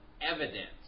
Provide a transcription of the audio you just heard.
evidence